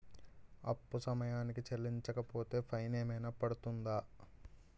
అప్పు సమయానికి చెల్లించకపోతే ఫైన్ ఏమైనా పడ్తుంద?